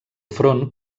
front